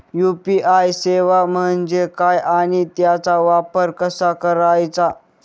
UPI सेवा म्हणजे काय आणि त्याचा वापर कसा करायचा?